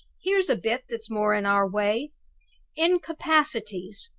here's a bit that's more in our way incapacities.